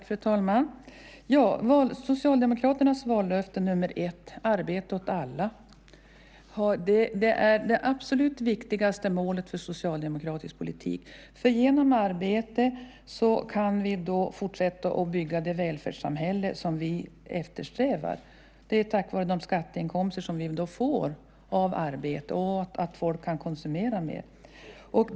Fru talman! Socialdemokraternas vallöfte nr 1, arbete åt alla, är det absolut viktigaste målet för socialdemokratisk politik. Genom arbete kan vi fortsätta att bygga det välfärdssamhälle som vi eftersträvar, tack vare de skatteinkomster som vi då får av arbete och genom att folk kan konsumera mer.